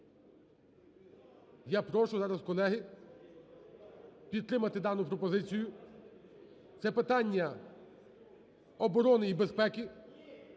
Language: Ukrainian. Я прошу зараз, колеги, підтримати дану пропозицію, це питання оборони і безпеки.